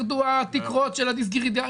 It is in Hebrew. יירדו התקרות של הדיסריגרד,